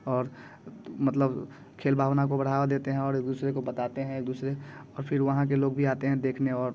और मतलब खेल भावना को बढ़ावा देते हैं और एक दूसरे को बताते हैं एक दूसरे और फिर वहाँ के लोग भी आते हैं देखने और